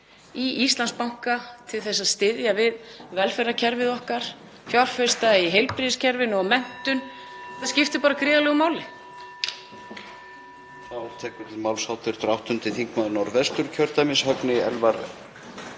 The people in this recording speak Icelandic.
í Íslandsbanka til að styðja við velferðarkerfið okkar, fjárfesta í heilbrigðiskerfinu og menntun, skipti gríðarlegu máli.